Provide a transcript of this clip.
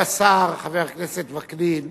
אומר השר, חבר הכנסת וקנין,